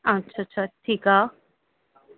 अच्छा अच्छा ठीकु आहे